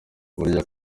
burya